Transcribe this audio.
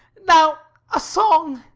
now, a song.